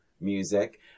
music